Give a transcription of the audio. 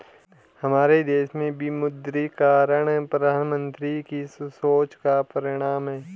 हमारे देश में विमुद्रीकरण प्रधानमन्त्री की सोच का परिणाम है